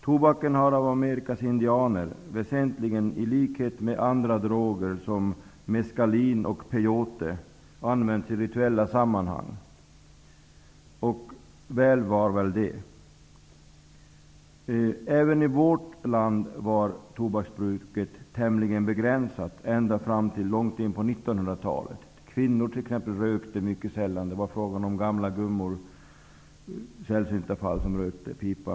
Tobaken har, i likhet med andra droger såsom meskalin och peyote, av Amerikas indianer väsentligen använts i rituella sammanhang, och väl var väl det. Även i vårt land var tobaksbruket tämligen begränsat långt in på 1900-talet. T.ex. kvinnor rökte mycket sällan. Det var i sällsynta fall gamla gummor som rökte pipa.